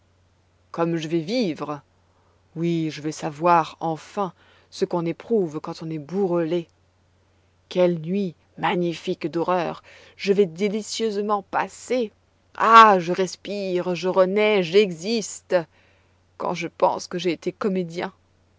comme je vais vivre oui je vais savoir enfin ce qu'on éprouve quand on est bourrelé quelles nuits magnifiques d'horreur je vais délicieusement passer ah je respire je renais j'existe quand je pense que j'ai été comédien